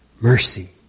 mercy